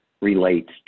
relates